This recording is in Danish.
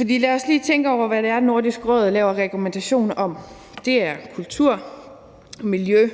lad os lige tænke over, hvad det er, Nordisk Råd laver rekommandationer om. Det er kultur, miljø,